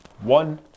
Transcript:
one